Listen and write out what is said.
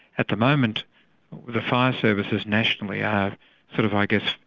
at the moment the fire services nationally are sort of i guess,